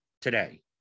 today